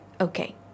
okay